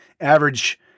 average